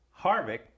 Harvick